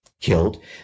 killed